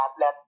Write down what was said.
let